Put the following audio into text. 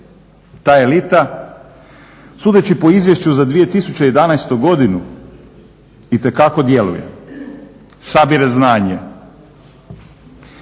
Ta elita, sudeći po izvješću za 2011. godinu itekako djeluje, sabire znanje.